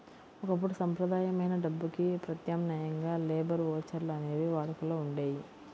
ఒకప్పుడు సంప్రదాయమైన డబ్బుకి ప్రత్యామ్నాయంగా లేబర్ ఓచర్లు అనేవి వాడుకలో ఉండేయి